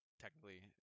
technically